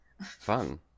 Fun